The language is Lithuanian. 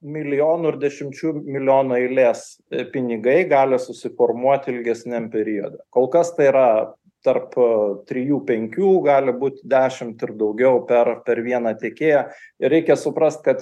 milijonų ir dešimčių milijonų eilės pinigai gali susiformuot ilgesniam periode kol kas tai yra tarp trijų penkių gali būti dešimt ir daugiau per per vieną tiekėją reikia suprast kad